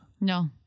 No